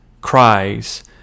cries